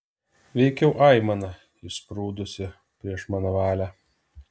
veikiau aimana išsprūdusi prieš mano valią